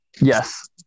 Yes